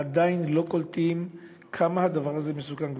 עדיין לא קולטים כמה הדבר הזה מסוכן,